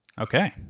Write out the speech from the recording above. Okay